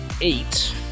eight